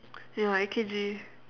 ya A_K_G